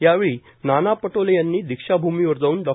यावेळी नाना पटोले यांनी दीक्षाभूमीवर जाऊन डॉ